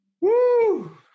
Woo